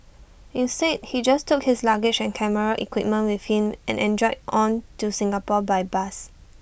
instead he just took his luggage and camera equipment with him and enjoyed on to Singapore by bus